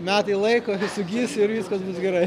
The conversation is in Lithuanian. metai laiko ir sugis ir viskas bus gerai